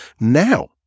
now